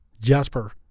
Jasper